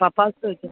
പപ്പാസ് വച്ച്